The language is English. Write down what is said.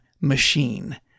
machine